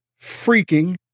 freaking